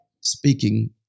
speaking